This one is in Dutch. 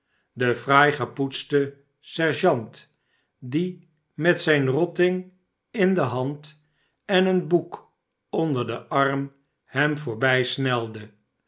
de fraai gepoetste sergeant die met zijn rotting in de hand en een boek onder den arm hem